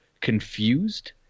confused